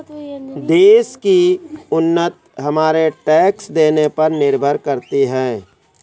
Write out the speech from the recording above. देश की उन्नति हमारे टैक्स देने पर निर्भर करती है